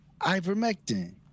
ivermectin